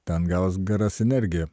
ten gavos geros energija